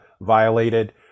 violated